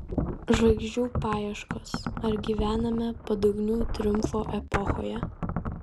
žvaigždžių paieškos ar gyvename padugnių triumfo epochoje